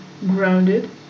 grounded